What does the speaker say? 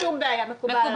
אוקיי, אין שום בעיה, מקובל.